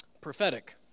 prophetic